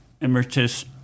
emeritus